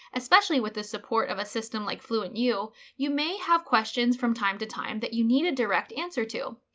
especially with the support of a system like fluentu, you you may have questions from time to time that you need a direct answer to.